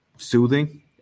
Soothing